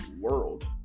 world